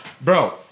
Bro